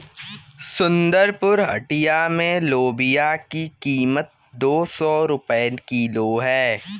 सुंदरपुर हटिया में लोबिया की कीमत दो सौ रुपए किलो है